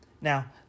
Now